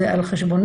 זה על חשבונו.